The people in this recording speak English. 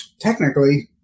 technically